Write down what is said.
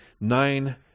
Nine